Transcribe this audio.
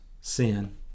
sin